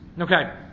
Okay